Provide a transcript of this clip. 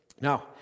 Now